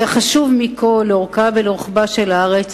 והחשוב מכול, לאורכה ולרוחבה של הארץ,